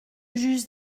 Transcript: juge